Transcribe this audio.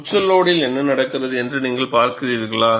உச்ச லோடில் என்ன நடக்கிறது என்று நீங்கள் பார்க்கிறீர்களா